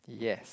yes